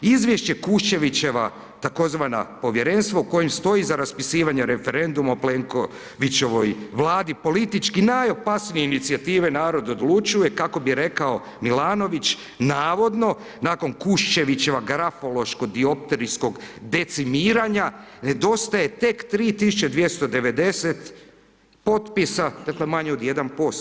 Izvješće Kušćevićeva tzv. povjerenstvo u kojem stoji za raspisivanje referenduma o Plenkovićevoj Vladi politički najopasnije inicijative Narod odlučuje, kako bi rekao Milanović, navodno nakon Kuščevićeva grafološko dioptrijskog decimiranja, nedostaje tek 3290 potpisa, dakle, manje od 1%